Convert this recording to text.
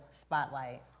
spotlight